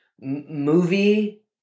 movie